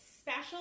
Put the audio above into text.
special